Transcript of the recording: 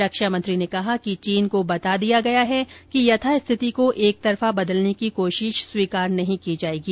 रक्षा मंत्री ने कहा कि चीन को बता दिया गया है कि यथास्थिति को एकतरफा बदलने की कोशिश स्वीकार नहीं की जाएगी